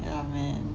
yeah man